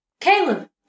Caleb